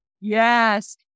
yes